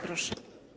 Proszę.